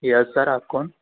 یس sir آپ کون